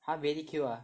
!huh! really kill ah